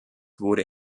wurde